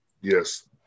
Yes